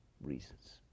reasons